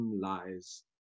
lies